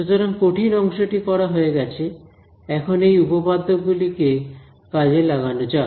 সুতরাং কঠিন অংশটি করা হয়ে গেছে এখন এই উপপাদ্য গুলিকে কাজে লাগানো যাক